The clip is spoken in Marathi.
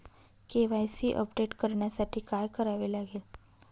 के.वाय.सी अपडेट करण्यासाठी काय करावे लागेल?